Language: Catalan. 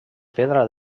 pedra